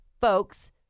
folks